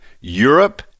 Europe